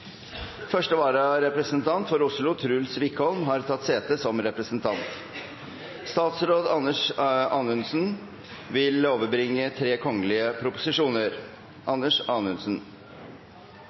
Første vararepresentant for Oslo, Truls Wickholm, har tatt sete som representant. Før sakene på dagens kart tas opp til behandling, vil